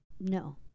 no